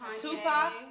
Tupac